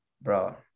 bro